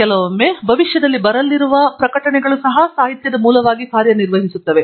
ಕೆಲವೊಮ್ಮೆ ಭವಿಷ್ಯದಲ್ಲಿ ಬರಲಿರುವ ಸಹ ಪ್ರಕಟಣೆಗಳು ಸಹ ಸಾಹಿತ್ಯದ ಮೂಲವಾಗಿ ಕಾರ್ಯನಿರ್ವಹಿಸುತ್ತವೆ